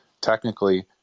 Technically